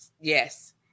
Yes